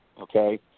Okay